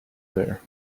there